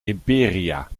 imperia